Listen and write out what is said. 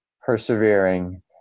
persevering